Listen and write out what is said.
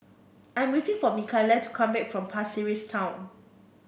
I'm waiting for Mikaela to come back from Pasir Ris Town